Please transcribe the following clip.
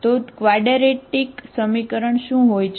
તો ક્વાડરેટિક સમીકરણ શું હોય છે